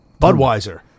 Budweiser